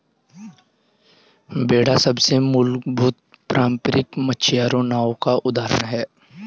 बेड़ा सबसे मूलभूत पारम्परिक मछियारी नाव का उदाहरण है